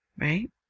right